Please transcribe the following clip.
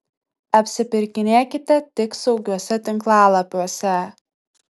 apsipirkinėkite tik saugiuose tinklalapiuose